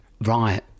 Right